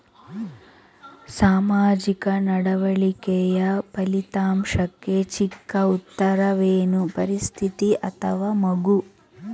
ಸಾಮಾಜಿಕ ನಡವಳಿಕೆಯ ಫಲಿತಾಂಶಕ್ಕೆ ಚಿಕ್ಕ ಉತ್ತರವೇನು? ಪರಿಸ್ಥಿತಿ ಅಥವಾ ಮಗು?